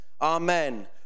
amen